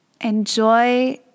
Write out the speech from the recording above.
enjoy